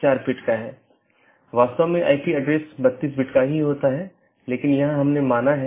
तो 16 बिट के साथ कई ऑटोनॉमस हो सकते हैं